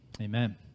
Amen